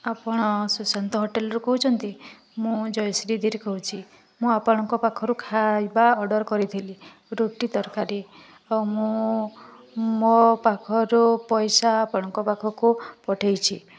ଆପଣ ସୁଶାନ୍ତ ହୋଟେଲ୍ରୁ କହୁଛନ୍ତି ମୁଁ ଜୟଶ୍ରୀ ଧୀର୍ କହୁଛି ମୁଁ ଆପଣଙ୍କ ପାଖରୁ ଖାଇବା ଅର୍ଡ଼ର୍ କରିଥିଲି ରୁଟି ତରକାରୀ ଓ ମୁଁ ମୋ ପାଖରୁ ପଇସା ଆପଣଙ୍କ ପାଖକୁ ପଠାଇଛି